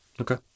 Okay